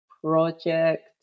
project